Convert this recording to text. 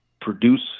produce